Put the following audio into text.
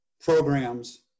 programs